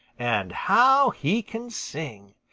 and how he can sing.